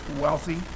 wealthy